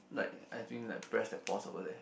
like I doing like press and pause over there